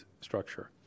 structure